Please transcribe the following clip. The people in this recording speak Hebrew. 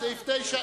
סעיפים 9,